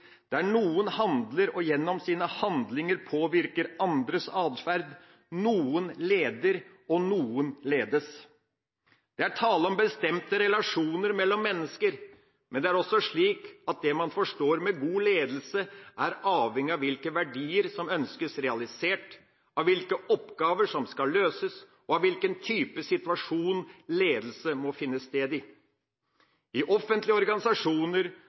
der noen handler og gjennom sine handlinger påvirker andres atferd – noen leder og andre ledes. Det er tale om bestemte relasjoner mellom mennesker, men det er også slik at det man forstår som god ledelse er avhengig av hvilke verdier som ønskes realisert, av hvilke oppgaver som skal løses og av hvilken type situasjon ledelse må finne sted i. I offentlige organisasjoner,